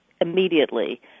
immediately